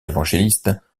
évangélistes